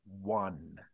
one